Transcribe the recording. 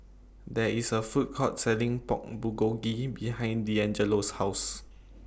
There IS A Food Court Selling Pork Bulgogi behind Deangelo's House